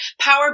power